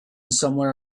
somewhere